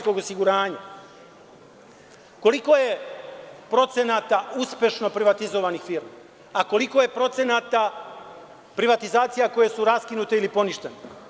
Koliko je procenata uspešno privatizovanih firmi, a koliko je procenata privatizacije koje su raskinute ili poništene.